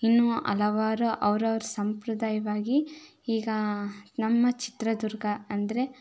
ಇನ್ನೂ ಹಲವಾರು ಅವ್ರವ್ರ ಸಂಪ್ರದಾಯವಾಗಿ ಈಗ ನಮ್ಮ ಚಿತ್ರದುರ್ಗ ಅಂದರೆ